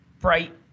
bright